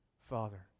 Father